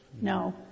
no